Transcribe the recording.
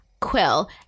Quill